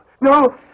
No